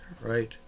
right